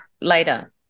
later